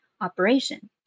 operation